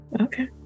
Okay